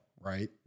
right